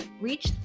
reach